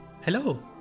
Hello